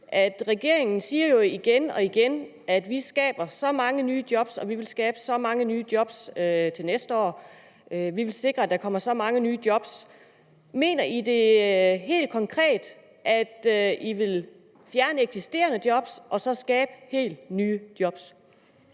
Regeringen siger jo igen og igen, at man skaber så mange nye job, og man vil skabe så mange nye job til næste år; man vil sikre, at der kommer så mange nye job. Mener regeringen helt konkret, at man vil fjerne eksisterende job og så skabe helt nye job?